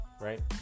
right